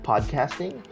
Podcasting